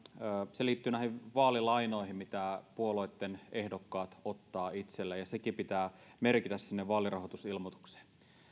se liittyy näihin vaalilainoihin mitä puolueitten ehdokkaat ottavat itselleen ja nekin pitää merkitä vaalirahoitusilmoitukseen